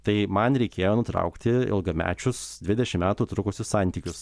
tai man reikėjo nutraukti ilgamečius dvidešim metų trukusius santykius